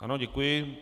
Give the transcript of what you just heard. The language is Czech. Ano, děkuji.